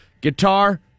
Guitar